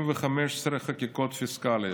ו-15 חקיקות פיסקליות.